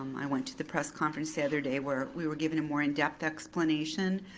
i went to the press conference the other day where we were given a more in-depth explanation.